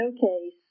showcase